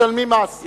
משלמים מס,